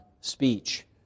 speech